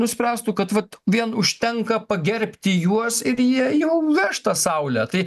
nuspręstų kad vat vien užtenka pagerbti juos ir jie jau veš tą saulę tai